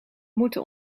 moeten